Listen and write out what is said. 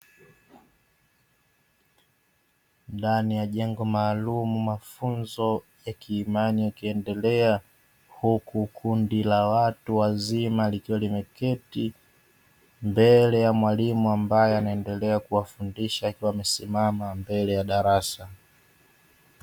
Ndani ya jengo maalumu mafunzo ya kiimani yakiendelea, huku kundi la watu wazima likiwa limeketi mbele ya mwalimu ambaye anaendelea kuwafundisha akiwa amesimama mbele ya darasa.